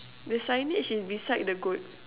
the signage is beside the goat